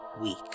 weak